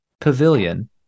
pavilion